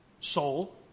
Soul